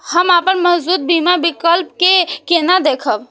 हम अपन मौजूद बीमा विकल्प के केना देखब?